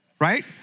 Right